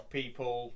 people